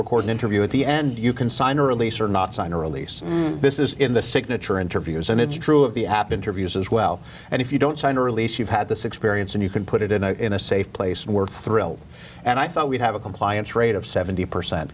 record an interview at the end you can sign a release or not sign a release this is in the signature interviews and it's true of the app interviews as well and if you don't sign a release you've had this experience and you can put it in a in a safe place and we're thrilled and i thought we'd have a compliance rate of seventy percent